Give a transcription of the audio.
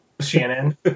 Shannon